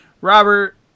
Robert